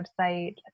website